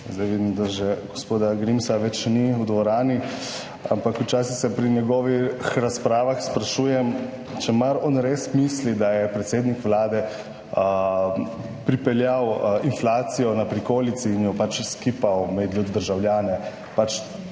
Zdaj vidim, da že gospoda Grimsa več ni v dvorani, ampak včasih se pri njegovih razpravah sprašujem, če mar on res misli, da je predsednik Vlade pripeljal inflacijo na prikolici in jo pač skipal med ljudi, državljane,